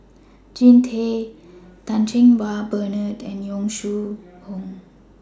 Jean Tay Chan Cheng Wah Bernard and Yong Shu Hoong